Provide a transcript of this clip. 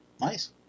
Nice